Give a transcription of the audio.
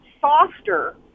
softer